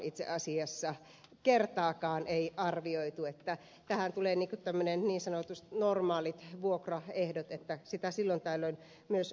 itse asiassa kertaakaan ei arvioitu ja tähän tulevat nyt niin sanotusti normaalit vuokraehdot että sitä silloin tällöin myös arvioidaan